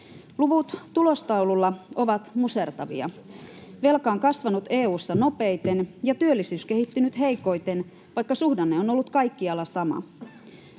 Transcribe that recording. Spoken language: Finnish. Luvut tulostaululla ovat musertavia. Velka on kasvanut EU:ssa nopeiten ja työllisyys kehittynyt heikoiten, vaikka suhdanne on ollut kaikkialla sama.